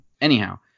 anyhow